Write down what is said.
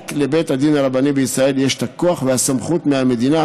רק לבית הדין הרבני בישראל יש הכוח והסמכות מהמדינה